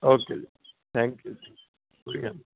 okay ਜੀ thank you ਠੀਕ ਹੈ